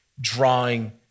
drawing